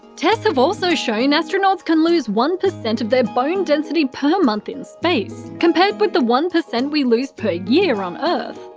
tests have also shown astronauts can lose one percent of their bone density per month in space, compared with the one percent we lose a year on earth.